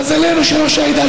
מזלנו שראש העדה,